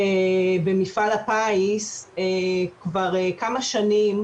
במפעל הפיס כבר כמה שנים,